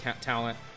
talent